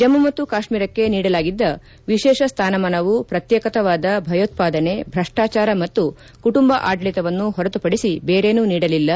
ಜಮ್ಮು ಮತ್ತು ಕಾಶ್ನೀರಕ್ಕೆ ನೀಡಲಾಗಿದ್ದ ವಿಶೇಷ ಸ್ಥಾನಮಾನವು ಪ್ರತ್ತೇಕವಾದ ಭಯೋತ್ಪಾದನೆ ಭ್ರಷ್ಟಾಚಾರ ಮತ್ತು ಕುಟುಂಬ ಆಡಳಿತವನ್ನು ಹೊರತುಪಡಿಸಿ ಬೇರೇನೂ ನೀಡಲಿಲ್ಲ